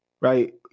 right